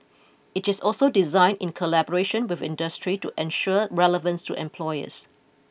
it is also designed in collaboration with industry to ensure relevance to employers